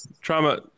trauma